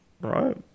right